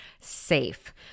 safe